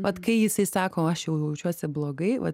vat kai jisai sako aš jau jaučiuosi blogai va